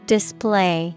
Display